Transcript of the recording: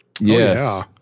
Yes